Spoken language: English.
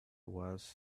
was